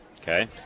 okay